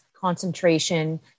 concentration